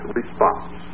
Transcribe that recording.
response